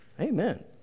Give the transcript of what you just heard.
Amen